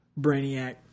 Brainiac